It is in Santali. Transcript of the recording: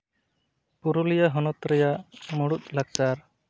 ᱯᱩᱨᱩᱞᱩᱭᱟᱹ ᱦᱚᱱᱚᱛ ᱨᱮᱭᱟᱜ ᱢᱩᱬᱩᱛ ᱞᱟᱠᱪᱟᱨ